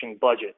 budget